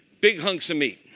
big hunks of meat.